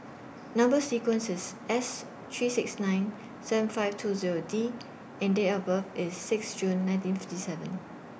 Number sequence IS S three six nine seven five two Zero D and Date of birth IS six June nineteen fifty seven